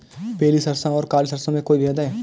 पीली सरसों और काली सरसों में कोई भेद है?